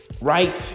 Right